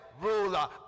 ruler